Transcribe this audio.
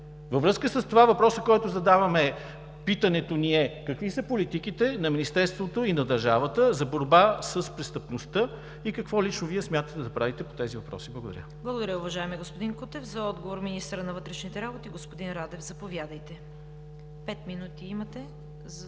Във връзка с това въпросът, който задаваме, питането ни е: какви са политиките на Министерството и на държавата за борба с престъпността и какво лично Вие смятате да правите по тези въпроси? Благодаря Ви. ПРЕДСЕДАТЕЛ ЦВЕТА КАРАЯНЧЕВА: Благодаря, уважаеми господин Кутев. За отговор – министърът на вътрешните работи господин Радев. Заповядайте, имате